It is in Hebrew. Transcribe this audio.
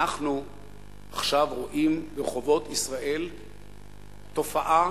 אנחנו עכשיו רואים ברחובות ישראל תופעה